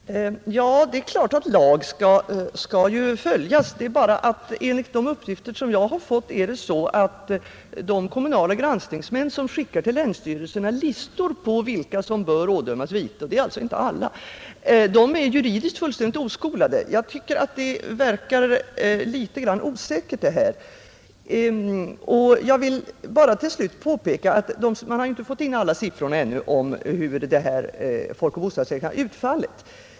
Herr talman! Det är klart att lag skall följas. Det är bara det att enligt de uppgifter som jag har fått är de kommunala granskningsmän som skickar listor till länsstyrelserna över vilka som bör ådömas vite — och det är alltså inte alla — juridiskt fullständigt oskolade. Jag tycker att detta verkar litet grand osäkert. Man har ännu inte fått in alla siffror om hur folkoch bostadsräkningen har utfallit.